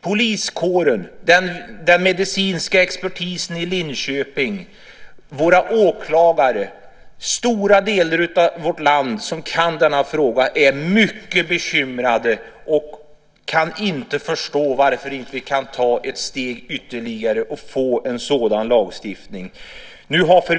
Poliskåren, den medicinska expertisen i Linköping, våra åklagare och människor i stora delar av vårt land som kan denna fråga är mycket bekymrade och kan inte förstå varför vi inte kan ta ett steg ytterligare och få en sådan lagstiftning.